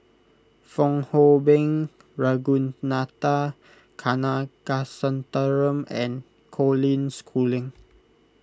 Fong Hoe Beng Ragunathar Kanagasuntheram and Colin Schooling